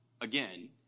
again